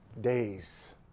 days